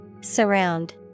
Surround